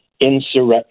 insurrection